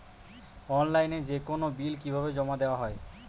অনলাইনে যেকোনো বিল কিভাবে জমা দেওয়া হয়?